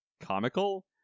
comical